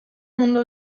mundu